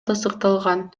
тастыкталган